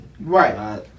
Right